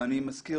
ואני מזכיר,